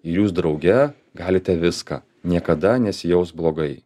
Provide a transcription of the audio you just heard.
ir jūs drauge galite viską niekada nesijausk blogai